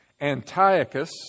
Antiochus